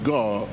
God